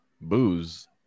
Booze